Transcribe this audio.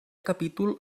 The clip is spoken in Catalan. capítol